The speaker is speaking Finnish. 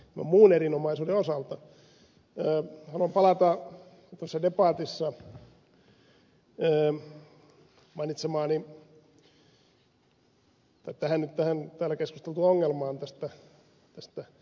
haluan palata tuossa debatissa mainitsemaani täällä keskusteltuun ongelmaan tästä ajan pituudesta